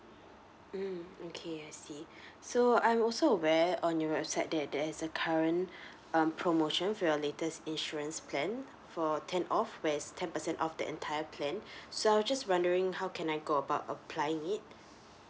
mm okay I see so I'm also aware on your website that there is a current um promotion for your latest insurance plan for ten off where is ten percent off the entire plan so I was just wondering how can I go about applying it